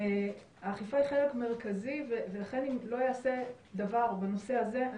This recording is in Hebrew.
האכיפה היא חלק מרכזי וכן אם לא ייעשה דבר בנושא הזה,